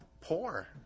poor